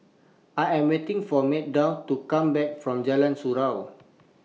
I Am waiting For Meadow to Come Back from Jalan Surau